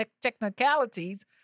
technicalities